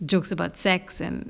jokes about sex and